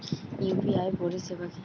UPI পরিসেবা কি?